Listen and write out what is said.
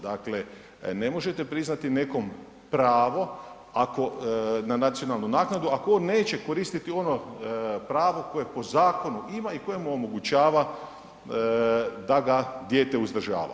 Dakle, ne možete priznati nekom pravo ako, na nacionalnu naknadu, ako on neće koristiti ono pravo koje po zakonu ima i koje mu omogućava da ga dijete uzdržava.